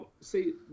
see